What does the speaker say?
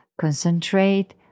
concentrate